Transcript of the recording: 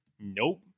Nope